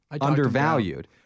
undervalued